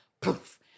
poof